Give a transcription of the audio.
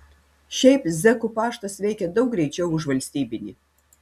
šiaip zekų paštas veikia daug greičiau už valstybinį